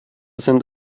sind